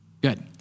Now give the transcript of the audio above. Good